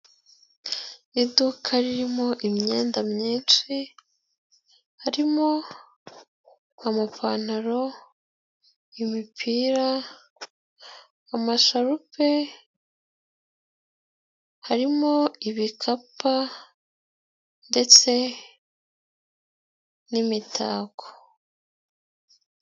Iduka ririmo imyenda myinshi harimo: amapantaro, imipira, amasharupe, harimo ibipapa ndetse n'imitako.